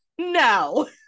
No